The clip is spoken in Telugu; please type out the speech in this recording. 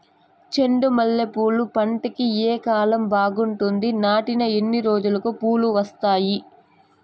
చెండు మల్లె పూలు పంట కి ఏ కాలం బాగుంటుంది నాటిన ఎన్ని రోజులకు పూలు వస్తాయి